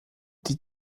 die